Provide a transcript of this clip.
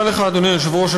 אדוני היושב-ראש,